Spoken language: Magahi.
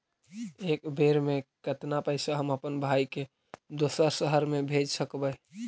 एक बेर मे कतना पैसा हम अपन भाइ के दोसर शहर मे भेज सकबै?